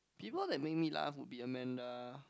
people that make me laugh would be Amanda